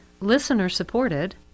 listener-supported